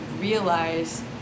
realize